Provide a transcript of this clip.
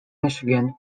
michigan